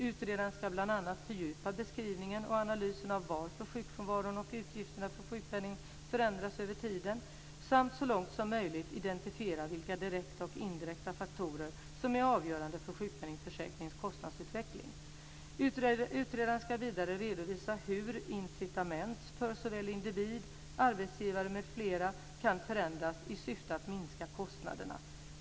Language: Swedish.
Utredaren ska bl.a. fördjupa beskrivningen och analysen av varför sjukfrånvaron och utgifterna för sjukpenning förändras över tiden samt så långt som möjligt identifiera vilka direkta och indirekta faktorer som är avgörande för sjukpenningförsäkringens kostnadsutveckling. Utredaren ska vidare redovisa hur incitament för såväl individer som arbetsgivare m.fl. kan förändras i syfte att minska kostnaderna.